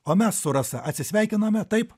o mes su rasa atsisveikiname taip